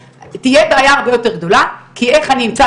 תהיה בעיה הרבה יותר גדולה כי איך אני אמצא